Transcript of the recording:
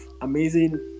amazing